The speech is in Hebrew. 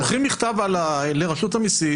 שולחים מכתב לרשות המסים.